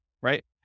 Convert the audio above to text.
right